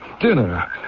Dinner